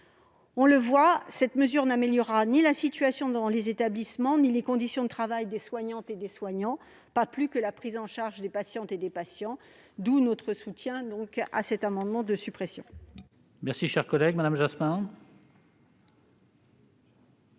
On le voit, cette mesure n'améliorera ni la situation dans les établissements ni les conditions de travail des soignants, pas plus que la prise en charge des patients. C'est pourquoi nous soutenons cet amendement de suppression.